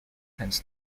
tends